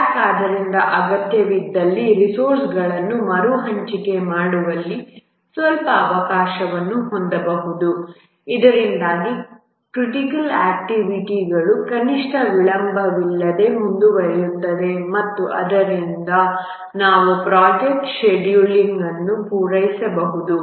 slack ಆದ್ದರಿಂದ ಅಗತ್ಯವಿದ್ದಲ್ಲಿ ರಿಸೋರ್ಸ್ಗಳನ್ನು ಮರುಹಂಚಿಕೆ ಮಾಡುವಲ್ಲಿ ಸ್ವಲ್ಪ ಅವಕಾಶವನ್ನು ಹೊಂದಬಹುದು ಇದರಿಂದಾಗಿ ಕ್ರಿಟಿಕಲ್ ಆಕ್ಟಿವಿಟಿ critical activityಗಳು ಕನಿಷ್ಠ ವಿಳಂಬವಿಲ್ಲದೆ ಮುಂದುವರಿಯುತ್ತದೆ ಮತ್ತು ಆದ್ದರಿಂದ ನಾವು ಪ್ರೊಜೆಕ್ಟ್ ಶೆಡ್ಯೂಲ್ ಅನ್ನು ಪೂರೈಸಬಹುದು